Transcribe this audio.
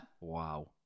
Wow